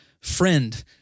friend